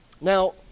Now